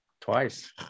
twice